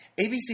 ABC